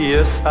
Yes